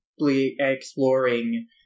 exploring